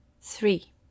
three